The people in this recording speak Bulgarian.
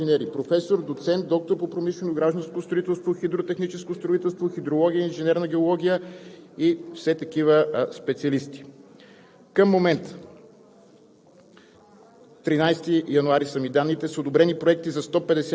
Всичките проекти се одобряват от Експертен съвет от шест инженери – професор, доцент, доктор по промишлено и гражданско строителство, хидротехническо строителство, хидрология, инженерна геология и все такива специалисти. Към момента